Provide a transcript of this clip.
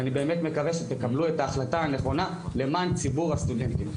ואני באמת מקווה שתקבלו את ההחלטה הנכונה למען ציבור הסטודנטים.